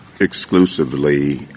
exclusively